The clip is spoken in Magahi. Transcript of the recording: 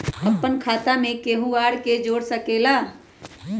अपन खाता मे केहु आर के जोड़ सके ला?